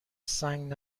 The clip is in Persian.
سنگ